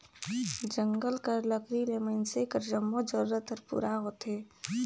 जंगल कर लकरी ले मइनसे कर जम्मो जरूरत हर पूरा होथे